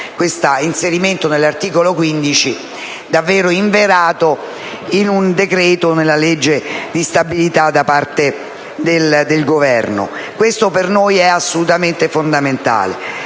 Questo per noi è assolutamente fondamentale.